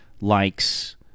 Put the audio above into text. likes